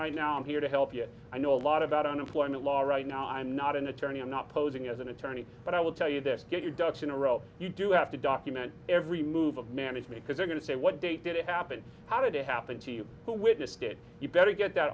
right now i'm here to help you i know a lot about unemployment law right now i'm not an attorney i'm not posing as an attorney but i to tell you this get your ducks in a row you do have to document every move of management because they're going to say what date did it happen how did it happen to you who witnessed it you better get that